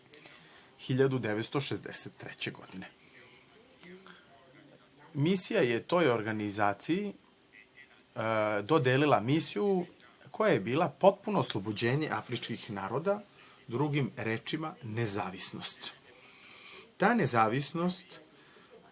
1963. godine. Misija je toj organizaciji dodelila misiju koja je bila potpuno oslobođenje afričkih naroda, drugim rečima, nezavisnost. Ta nezavisnost